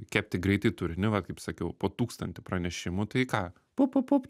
kepti greitai turinį va kaip sakiau po tūkstantį pranešimų tai ką pupupup